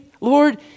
Lord